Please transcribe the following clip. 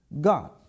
God